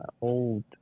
old